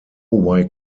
why